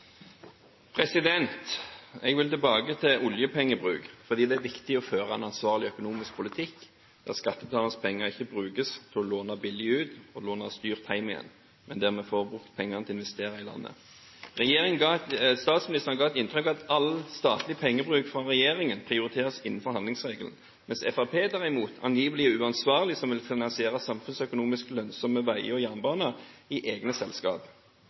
igjen, men at pengene blir brukt til å investere i landet. Statsministeren ga inntrykk av at all statlig pengebruk fra regjeringen prioriteres innenfor handlingsregelen, mens Fremskrittspartiet derimot angivelig er uansvarlig som vil finansiere samfunnsøkonomisk lønnsomme veier og jernbane i egne